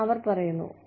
അവർ പറയുന്നു ഓ